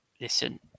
listen